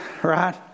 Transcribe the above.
right